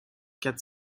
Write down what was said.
quatre